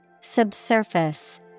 Subsurface